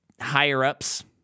higher-ups